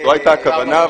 זו הייתה הכוונה.